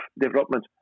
development